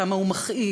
כמה הוא מכאיב,